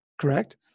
correct